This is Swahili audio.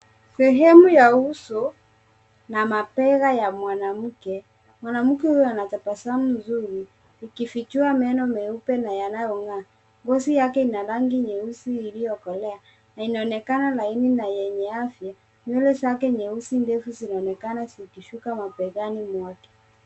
Sehemu ya uso na mabega ya mwanamke. Mwanamke huyu ana tabasamu nzuri, ikifichua meno meupe na yanayong'aa. Ngozi yake ina rangi nyeusi iliyokolea na inaonekana laini na yenye afya. Nywele zake nyeusi ndefu zinaonekana zikishuka mabegani mwake.